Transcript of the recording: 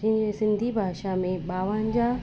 जीअं सिंधी भाषा में ॿावंजाहु